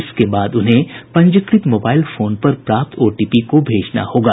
इसके बाद उन्हें पंजीकृत मोबाइल फोन पर प्राप्त ओ टी पी को भेजना होगा